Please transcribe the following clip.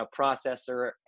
processor